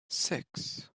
six